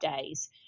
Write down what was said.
days